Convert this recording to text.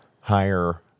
higher